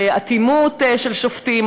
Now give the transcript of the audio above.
על אטימות של שופטים,